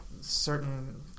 certain